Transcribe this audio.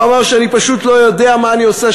הוא אמר שאני פשוט לא יודע מה אני עושה.